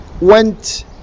went